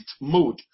mode